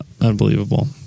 unbelievable